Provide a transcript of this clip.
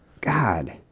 God